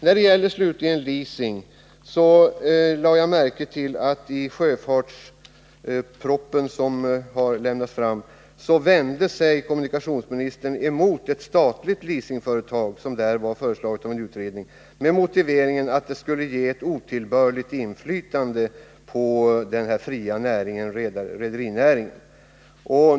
När det slutligen gäller leasing lade jag märke till att kommunikationsministern i den sjöfartsproposition som lagts fram vände sig mot förslaget från en utredning om ett statligt leasingföretag — med motiveringen att det skulle ge ett otillbörligt inflytande på den fria rederinäringen.